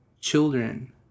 children